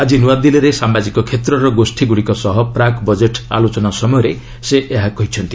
ଆଜି ନୂଆଦିଲ୍ଲୀରେ ସାମାଜିକ କ୍ଷେତ୍ରର ଗୋଷୀଗ୍ରଡ଼ିକ ସହ ପ୍ରାକ୍ ବଜେଟ୍ ଆଲୋଚନା ସମୟରେ ସେ ଏହା କହିଛନ୍ତି